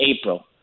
April